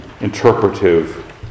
interpretive